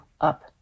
up